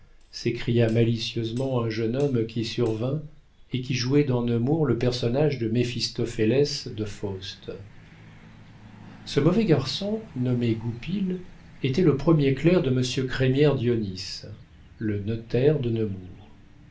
s'écria malicieusement un jeune homme qui survint et qui jouait dans nemours le personnage de méphistophélès de faust illustration imp e martinet goupil aussi son visage semblait-il appartenir à un bossu dont la bosse eût été en dedans ursule mirouët ce mauvais garçon nommé goupil était le premier clerc de monsieur crémière dionis le notaire de